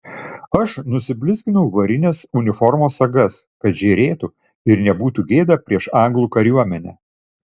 aš nusiblizginau varines uniformos sagas kad žėrėtų ir nebūtų gėda prieš anglų kariuomenę